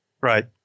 Right